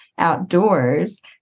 outdoors